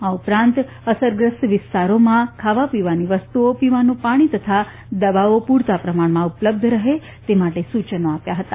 આ ઉપરાંત અસરગ્રસ્ત વિસ્તારોમાં ખાવાપીવાની વસ્તુઓ પીવાનું પાણી તથા દવાઓ પુરતા પ્રમાણમાં ઉપલબ્ધ રહે તે માટે સૂચનો આપ્યા હતા